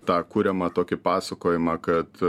tą kuriamą tokį pasakojimą kad